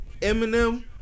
Eminem